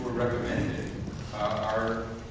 recommending are